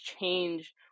change